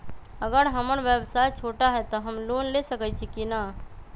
अगर हमर व्यवसाय छोटा है त हम लोन ले सकईछी की न?